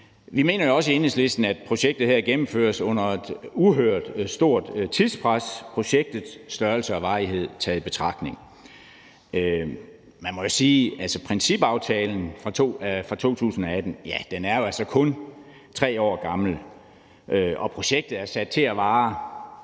Vi mener også i Enhedslisten, at projektet her gennemføres under et uhørt stort tidspres – projektets størrelse og varighed taget i betragtning. Man må sige, at principaftalen er fra 2018, så den er altså kun 3 år gammel, og projektet er sat til at vare